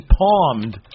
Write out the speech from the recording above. palmed